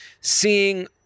seeing